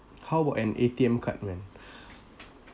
how about an A_T_M card when